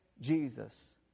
Jesus